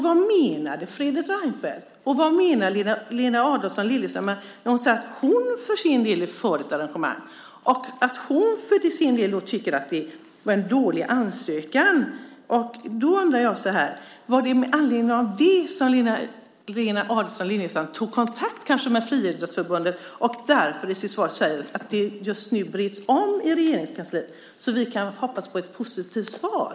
Vad menade Fredrik Reinfeldt? Vad menar Lena Adelsohn Liljeroth när hon säger att hon för sin del är för ett arrangemang och att hon tycker att det var en dålig ansökan? Jag undrar om det var med anledning av det som Lena Adelsohn Liljeroth tog kontakt med Friidrottsförbundet och i sitt svar säger att detta just nu bereds igen i Regeringskansliet, så att vi kan hoppas på ett positivt svar.